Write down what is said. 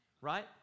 Right